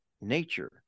nature